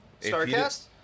StarCast